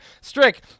Strick